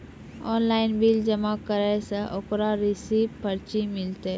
Online bill जमा करला से ओकरौ रिसीव पर्ची मिलतै?